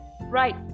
Right